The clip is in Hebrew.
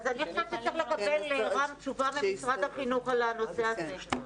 אני חושבת שצריך לקבל תשובה ממשרד החינוך על הנושא הזה.